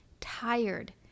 tired